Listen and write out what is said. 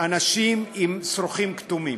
אנשים עם שרוכים כתומים.